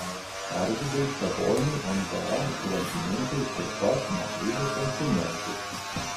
arvydui saboniui nba apžvalgininkai taip pat negaili komplimentų